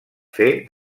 fer